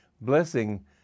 blessing